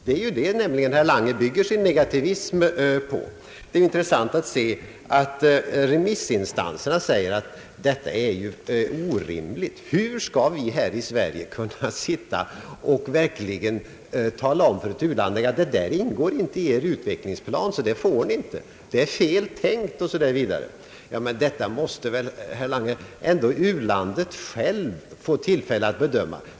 Det är nämligen detta som herr Lange bygger sin negativism på. Det är intressant att se, att remissinstanserna finner detta orimligt. Hur skall vi här i Sverige kunna tala om för ett u-land att ett önskat projekt inte ingår i dess utvecklingsplan, att det är fel tänkt, osv.? Detta måste väl, herr Lange, u-landet självt få tillfälle att bedöma.